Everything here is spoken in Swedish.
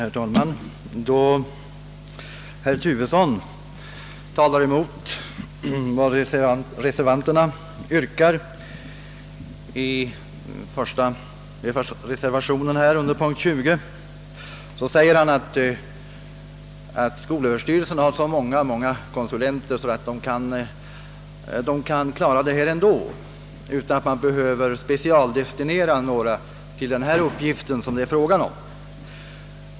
Herr talman! Då herr Turesson talade mot vad reservanterna yrkar i den första reservationen under punkt 20, anförde han att skolöverstyrelsen har så många konsulenter att den kan klara detta utan att vi behöver specialdestinera några till den uppgift det här är fråga om.